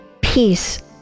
peace